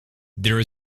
there